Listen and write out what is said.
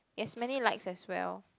he has many likes as well